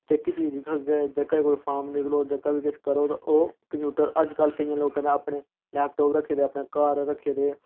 जेह्की बी चीज दिक्खो तुस ते जेह्का बी कोई फार्म निकलग जेह्का बी किश करो ता ओह् कंप्यूटर अजकल केइयें लोकें तां अपने लैपटाप रक्खे दे अपने घर रक्खे दे